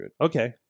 Okay